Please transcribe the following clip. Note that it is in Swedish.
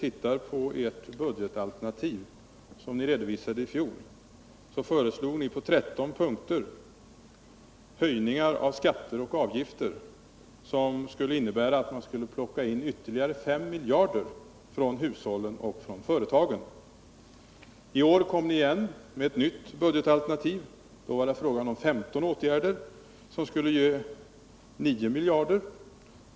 I det budgetalternativ som ni redovisade i fjol föreslog ni på 15 punkter höjningar av skatter och avgifter, vilket innebar att man hade måst plocka in ytterligare 5 miljarder kronor från hushållen och företagen. I år kom ni igen med ett nytt budgetalternativ. Då var det fråga om 13 åtgärder som skulle ge 9 miljarder.